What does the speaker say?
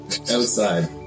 Outside